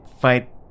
fight